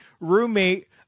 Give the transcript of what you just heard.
roommate